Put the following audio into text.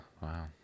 Wow